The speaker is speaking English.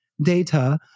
data